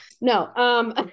No